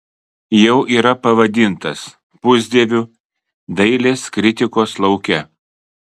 jau yra pavadintas pusdieviu dailės kritikos lauke